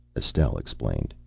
estelle explained.